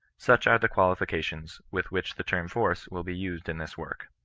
such are the qualifi cations with which the term force will be used in this work.